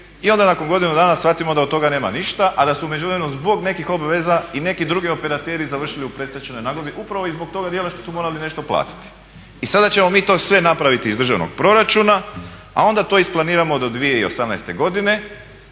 i onda nakon godinu dana shvatimo da od toga nema ništa, a da su u međuvremenu zbog nekih obveza i neki drugi operateri završili u predstečajnoj nagodbi upravo … što su morali nešto platiti. I sada ćemo mi to sve napraviti iz državnog proračuna, a onda to isplaniramo do 2018. godine